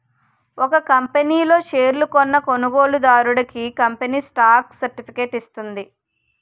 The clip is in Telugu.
ఒక కంపనీ లో షేర్లు కొన్న కొనుగోలుదారుడికి కంపెనీ స్టాక్ సర్టిఫికేట్ ఇస్తుంది